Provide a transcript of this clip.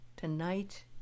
Tonight